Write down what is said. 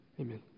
Amen